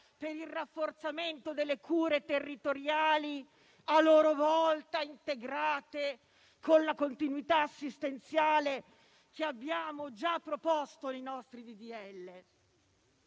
per il rafforzamento delle cure territoriali, a loro volta integrate con la continuità assistenziale che abbiamo già proposto nei nostri